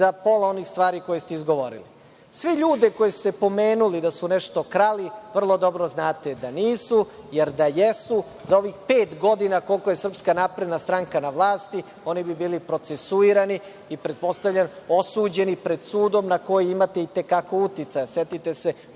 za pola onih stvari koje ste izgovorili. Sve ljude koje ste pomenuli da su nešto krali vrlo dobro znate da nisu, jer da jesu za ovih pet godina koliko je SNS na vlasti oni bi bili procesuirani i pretpostavljam osuđeni pred sudom na koji imate i te kako uticaj.